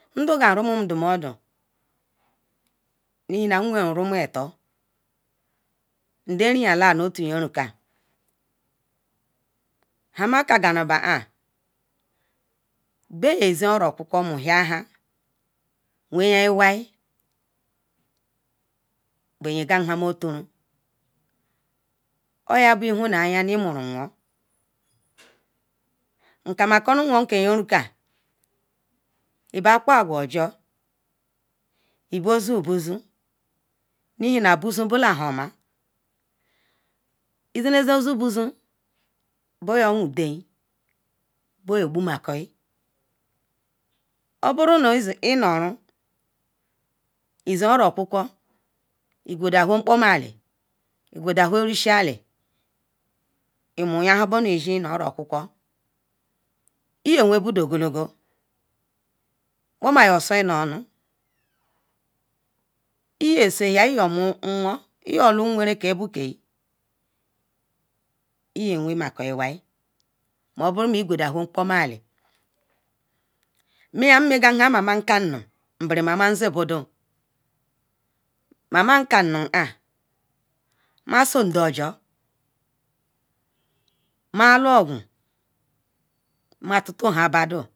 Ndu gam rumu ndumodu ihina nwerum rumu atol nde riyan aru otu yen ruka uomma kaka nuba an be ye zen oro okuku moya nuan wenhia iwai be yen gan nhan moturun oya bo ihunaya nu morunwon nkamakono nwon ke ye rulea kba ikpa akwe jul lbozon ihin abozon bola hanmer izenezenbo zon boyolo omakol oboro inonu izen oro okulau igudonwa mkpoma ela igudonwel ri shi eli emma ya nhan beneshi nu oro okuku iyewen bodom ogolo iykpoma yo sonu onu iyo soya iyo munwon iyo olu nweren ke iya wen iwai oborma igudon we mkpoma neli mi yan nmenga nhan mama ka num nga ma ma zon bodon mama can nu an ma so ndebado ma luogun